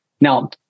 Now